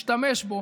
ישתמש בו